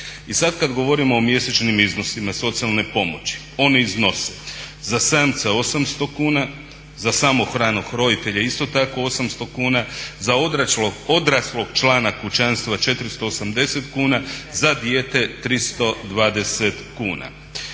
I sada kada govorimo o mjesečnim iznosima socijalne pomoći one iznose za samca 800 kuna, za samohranog roditelja isto tako 800 kuna, za odraslog člana kućanstva 480 kuna, za dijete 320 kuna.